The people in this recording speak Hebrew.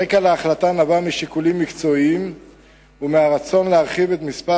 הרקע להחלטה היה שיקולים מקצועיים והרצון להרחיב את מספר